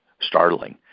startling